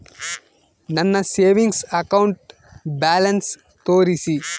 ನನ್ನ savings account balance ತೋರಿಸಿ?